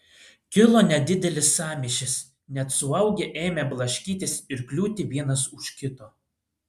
kilo nedidelis sąmyšis net suaugę ėmė blaškytis ir kliūti vienas už kito